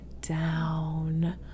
down